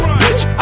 bitch